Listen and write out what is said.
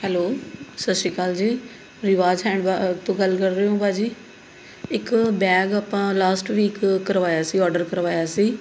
hello ਸਤਿ ਸ਼੍ਰੀ ਅਕਾਲ ਜੀ ਰਿਵਾਜ ਹੈਂਡ ਵ ਤੋਂ ਗੱਲ ਕਰ ਰਹੇ ਹੋ ਭਾਅ ਜੀ ਇੱਕ ਬੈਗ ਆਪਾਂ ਲਾਸਟ ਵੀਕ ਕਰਵਾਇਆ ਸੀ ਔਡਰ ਕਰਵਾਇਆ ਸੀ